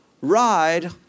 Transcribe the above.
ride